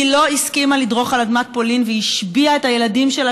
היא לא הסכימה לדרוך על אדמת פולין והשביעה את הילדים שלה